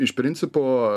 iš principo